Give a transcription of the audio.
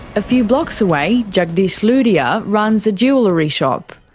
a few blocks away jagdish lodhia runs a jewellery shop.